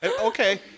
okay